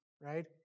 right